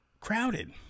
Crowded